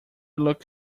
look